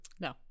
no